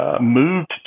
moved